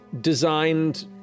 designed